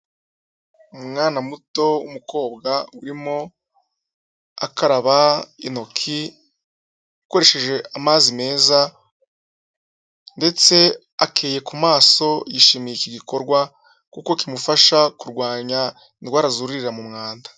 Umwana muto w'umukobwa urimo akaraba intoki akoresheje amazi meza ndetse akeye ku maso, yishimiye iki gikorwa kuko kimufasha kurwanya indwara zuririra mu mwanda.